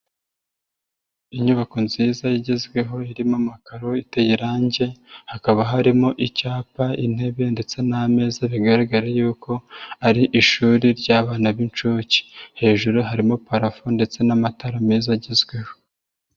Inyubako nziza igezweho irimo amakaro iteye irangi, hakaba harimo icyapa, intebe ndetse n'ameza, bigaragara yuko ari ishuri ry'abana b'incuke, hejuru harimo parafo ndetse n'amatara meza agezweho.